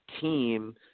team